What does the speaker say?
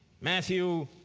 Matthew